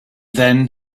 then